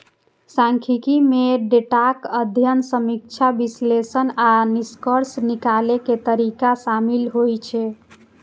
सांख्यिकी मे डेटाक अध्ययन, समीक्षा, विश्लेषण आ निष्कर्ष निकालै के तरीका शामिल होइ छै